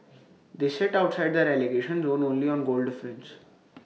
they sit outside the relegation zone only on goal difference